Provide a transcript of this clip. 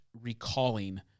recalling